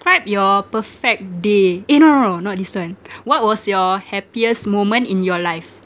describe your perfect day eh no no no not this one what was your happiest moment in your life